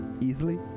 easily